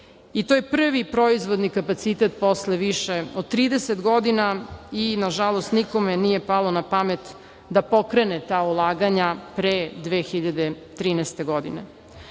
i to je prvi proizvodni kapacitet posle više od 30 godina. Nažalost, nikome nije palo napamet da pokrene da ulaganja pre 2013. godine.U